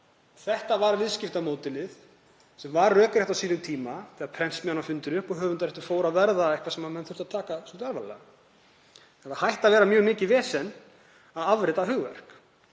þetta var viðskiptamódelið sem var rökrétt á sínum tíma þegar prentsmiðjan var fundin upp og höfundaréttur fór að verða eitthvað sem menn þurftu að taka svolítið alvarlega. Þegar það hætti að vera mjög mikið vesen að afrita hugverk